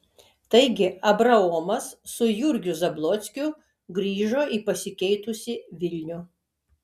taigi abraomas su jurgiu zablockiu grįžo į pasikeitusį vilnių